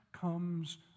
Comes